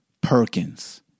Perkins